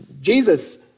Jesus